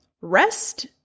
rest